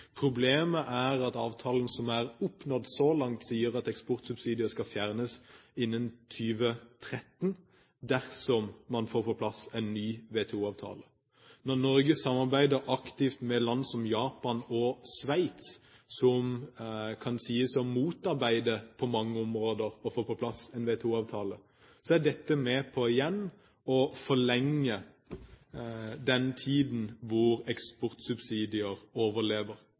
Problemet er at avtalen som er oppnådd så langt, sier at eksportsubsidier skal fjernes innen 2013 dersom man får på plass en ny WTO-avtale. Når Norge samarbeider aktivt med land som Japan og Sveits, som på mange områder kan sies å motarbeide det å få på plass en WTO-avtale, er dette med på å forlenge tiden for eksportsubsidier. Eksportsubsidier er en historisk anakronisme. Eksportsubsidier holder den